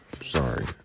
Sorry